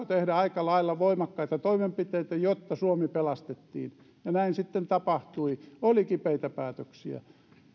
tehdä aika lailla voimakkaita toimenpiteitä jotta suomi pelastettiin ja näin sitten tapahtui oli kipeitä päätöksiä